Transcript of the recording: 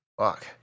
Fuck